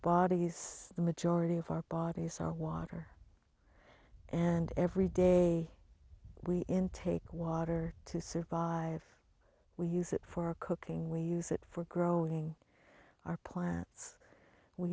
bodies the majority of our bodies our water and every day we intake water to survive we use it for cooking we use it for growing our plants we